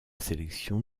sélection